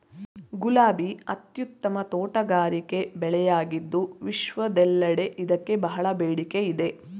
ಗುಲಾಬಿ ಅತ್ಯುತ್ತಮ ತೋಟಗಾರಿಕೆ ಬೆಳೆಯಾಗಿದ್ದು ವಿಶ್ವದೆಲ್ಲೆಡೆ ಇದಕ್ಕೆ ಬಹಳ ಬೇಡಿಕೆ ಇದೆ